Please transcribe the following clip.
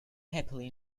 happily